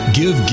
give